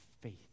faith